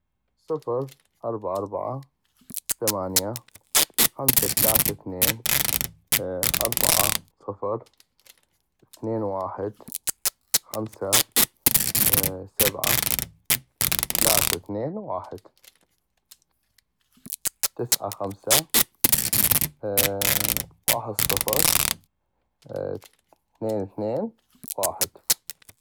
صفر، اربعة، اربعة ،ثمانية ،خمسة ،ثلاثة ، اثنين ،اربعة ،صفر ،اثنين ،واحد ،خمسة ،سبعة ،تلاثة، اثنين، واحد، تسعة، خمسة ،واحد ، صفر ،اثنين اثنين واحد.